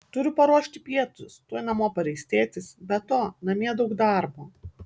turiu paruošti pietus tuoj namo pareis tėtis be to namie daug darbo